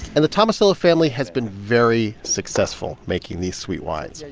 and the tomasello family has been very successful making these sweet wines.